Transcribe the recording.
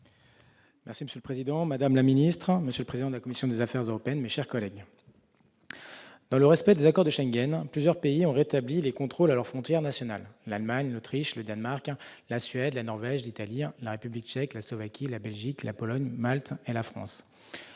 ! La parole est à M. Cyril Pellevat. Monsieur le président, madame la ministre, mes chers collègues, dans le respect des accords de Schengen, plusieurs pays ont rétabli les contrôles à leurs frontières nationales : l'Allemagne, l'Autriche, le Danemark, la Suède, la Norvège, l'Italie, la République tchèque, la Slovaquie, la Belgique, la Pologne, Malte et la France.